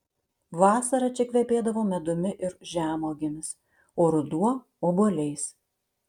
vasara čia kvepėdavo medumi ir žemuogėmis o ruduo obuoliais